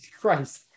Christ